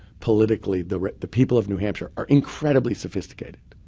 politically, the the people of new hampshire are incredibly sophisticated.